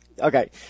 Okay